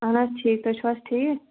اَہَن حظ ٹھیٖک تُہۍ چھُو حظ ٹھیٖک